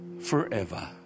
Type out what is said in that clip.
forever